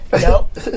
Nope